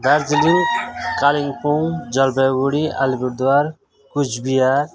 Darjeeling Kalimpong Jalpaiguri Alipurduar Cooch Behar